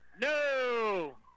no